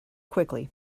quickly